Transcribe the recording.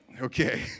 Okay